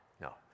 no